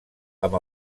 amb